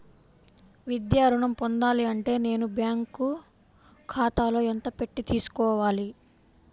విద్యా ఋణం పొందాలి అంటే నేను బ్యాంకు ఖాతాలో ఎంత పెట్టి తీసుకోవాలి?